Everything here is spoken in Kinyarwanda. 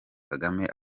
kagame